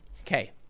Okay